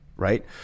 Right